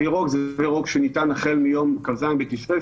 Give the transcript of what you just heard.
ירוק זה תו ירוק שניתן החל מיום כ"ז בתשרי,